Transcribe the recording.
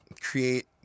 create